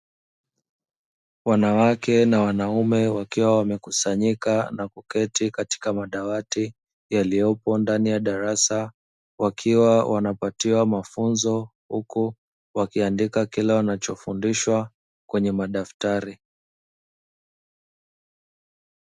Wanawake na wanaume wakiwa wamekusanyika na kuketi katika madawati yaliyopo ndani ya darasa, wakiwa wanapatiwa mafunzo huku wakiandika kila wanachofundishwa kwenye madaftari.